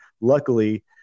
Luckily